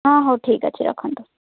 ହଁ ହଉ ଠିକ୍ ଅଛି ରଖନ୍ତୁ